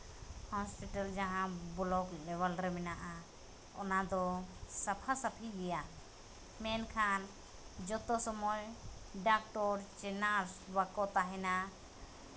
ᱦᱟᱥᱯᱟᱛᱟᱞ ᱡᱟᱦᱟᱸ ᱵᱞᱚᱠ ᱞᱮᱵᱮᱞ ᱨᱮ ᱢᱮᱱᱟᱜᱼᱟ ᱚᱱᱟᱫᱚ ᱥᱟᱯᱷᱟ ᱥᱟᱹᱯᱷᱤ ᱜᱮᱭᱟ ᱢᱮᱱᱠᱷᱟᱱ ᱡᱚᱛᱚ ᱥᱚᱢᱚᱭ ᱰᱟᱠᱛᱚᱨ ᱥᱮ ᱱᱟᱨᱥ ᱵᱟᱠᱚ ᱛᱟᱦᱮᱱᱟ